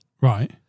Right